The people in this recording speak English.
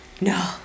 no